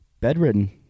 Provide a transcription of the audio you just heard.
Bedridden